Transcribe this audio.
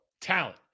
talent